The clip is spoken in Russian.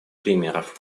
примеров